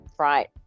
right